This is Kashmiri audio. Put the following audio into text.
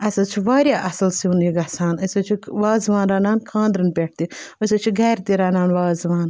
اَسہِ حظ چھِ واریاہ اَصٕل سیُٚن یہِ گژھان أسۍ حظ چھِ وازوان رَنان خاندرَن پٮ۪ٹھ تہِ أسۍ حظ چھِ گَرِ تہِ رَنان وازوان